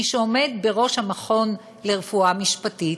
מי שעומד בראש המכון לרפואה משפטית,